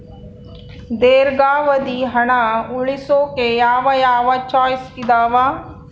ದೇರ್ಘಾವಧಿ ಹಣ ಉಳಿಸೋಕೆ ಯಾವ ಯಾವ ಚಾಯ್ಸ್ ಇದಾವ?